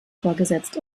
vorgesetzt